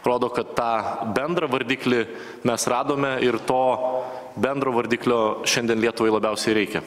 rodo kad tą bendrą vardiklį mes radome ir to bendro vardiklio šiandien lietuvai labiausiai reikia